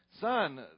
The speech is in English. Son